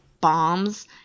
bombs